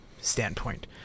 standpoint